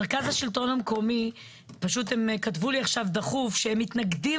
מרכז השלטון המקומי כתבו לי עכשיו דחוף שהם מתנגדים